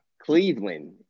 Cleveland